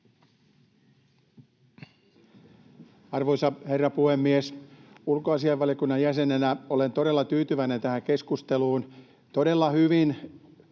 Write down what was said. Arvoisa herra puhemies! Ulkoasiainvaliokunnan jäsenenä olen todella tyytyväinen tähän keskusteluun. Todella hyvin